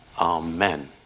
amen